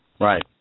Right